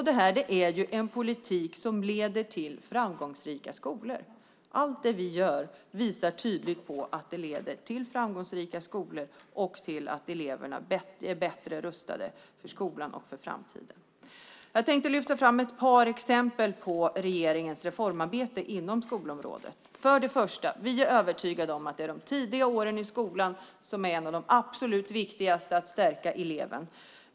Det är en politik som leder till framgångsrika skolor. Det visar sig tydligt att allt vi gör leder till framgångsrika skolor och till att eleverna blir bättre rustade för skolan och framtiden. Jag ska lyfta fram ett par exempel på regeringens reformarbete inom skolområdet. För det första är vi övertygade om att det är de tidiga åren i skolan som är absolut viktigast när det gäller att stärka eleven.